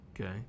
Okay